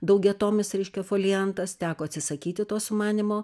daugiatomis reiškia foliantas teko atsisakyti to sumanymo